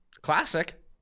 classic